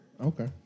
Okay